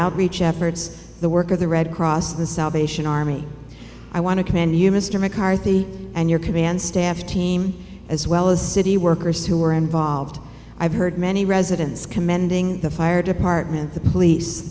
outreach efforts the work of the red cross the salvation army i want to commend you mr mccarthy and your command staff team as well as city workers who are involved i've heard many residents commending the fire department the police